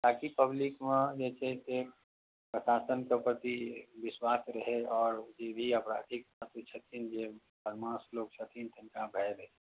ताकि पब्लिकमे जे छै से प्रशासनके प्रति विश्वास रहै आओर जे भी अपराधी छथिन जे बदमाशलोक छथिन तिनका भय रहै